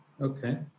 Okay